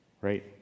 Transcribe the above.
Right